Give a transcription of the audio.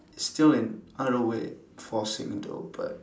it's still in other way forcing though but